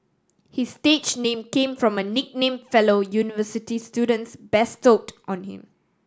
his stage name came from a nickname fellow university students bestowed on him